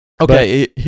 Okay